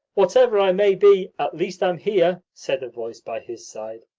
whatever i may be, at least i'm here, said a voice by his side.